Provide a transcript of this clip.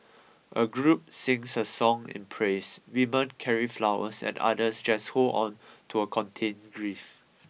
a group sings a song in praise women carry flowers and others just hold on to a contained grief